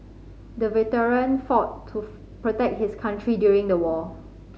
the veteran fought to protect his country during the war